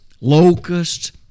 locusts